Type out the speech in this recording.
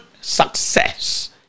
Success